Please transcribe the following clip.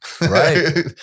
Right